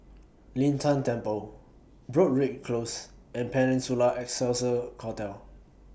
Lin Tan Temple Broadrick Close and Peninsula Excelsior Hotel